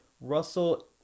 russell